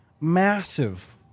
massive